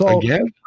Again